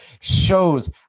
shows